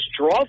draw